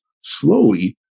slowly